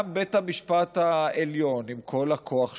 גם בית המשפט העליון, עם כל הכוח שלו,